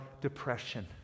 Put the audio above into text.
depression